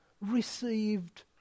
received